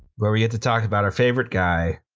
where we get to talk about our favorite guy,